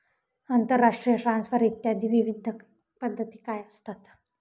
आंतरराष्ट्रीय ट्रान्सफर इत्यादी विविध पद्धती काय असतात?